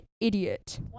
idiot